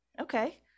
okay